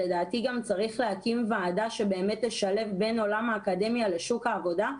לדעתי צריך להקים ועדה שבאמת תשלב בין עולם האקדמיה לשוק העבודה.